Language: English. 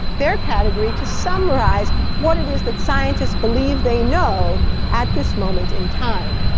their category, to summarise what it is that scientists believe they know at this moment in time.